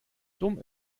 dumm